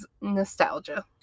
nostalgia